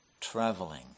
traveling